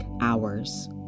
hours